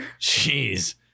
Jeez